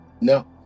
No